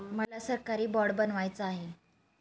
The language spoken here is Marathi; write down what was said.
मला सरकारी बाँड बनवायचा आहे